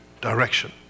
direction